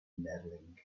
medaling